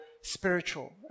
spiritual